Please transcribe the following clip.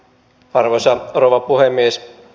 arvoisa rouva puhemies